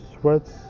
sweats